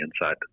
inside